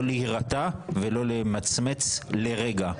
לא להירתע ולא למצמץ לרגע,